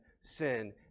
sin